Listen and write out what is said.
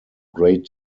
great